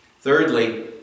Thirdly